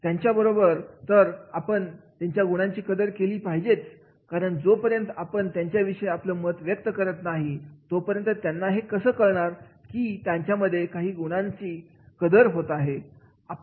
त्यांच्यासमोर तर आपण त्यांच्या गुणांची कदर केलीच पाहिजे कारण जोपर्यंत आपण त्यांच्याविषयीचं आपलं मत व्यक्त करत नाही तोपर्यंत त्यांना हे कसं कळणार की आपल्या मनात त्यांच्या गुणांविषयी किती आदर आहे ते